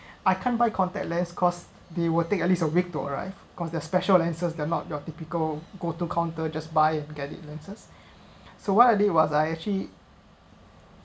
I can’t buy contact less because they will take at least a week to arrive because their special lenses they're not your typical go to counter just buy it and get it lenses so what I did was I actually